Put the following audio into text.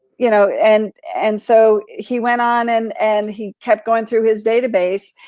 you know and and so he went on and and he kept going through his database,